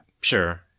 Sure